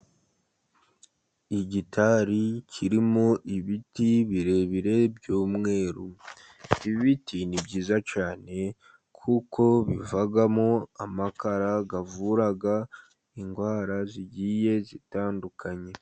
Igitari kirimo ibiti birebire by'umweru. Ibiti ni byiza cyane kuko bivamo amakara avura indwara zigiye zitandukanye.